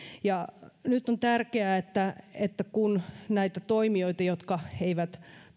nyt on tärkeää että että kun tiedetään olevan näitä toimijoita jotka eivät